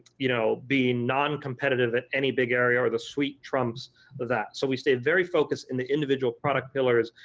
you know being non-competitive in any big area or the suite trumps that. so we stay very focused in the individual product pillars,